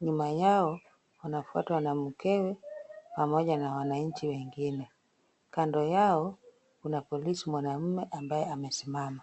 Nyuma yao, wanafuatwa na mkewe pamoja na wananchi wengine. Kando yao, kuna polisi mwanaume ambaye amesimama.